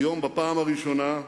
היום בפעם הראשונה,